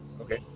Okay